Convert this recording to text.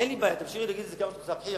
אין לי בעיה, תמשיכי להגיד את זה כמה שאת רוצה.